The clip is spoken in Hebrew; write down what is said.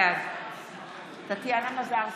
בעד טטיאנה מזרסקי,